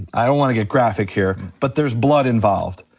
i don't wanna get graphic here but there's blood involved.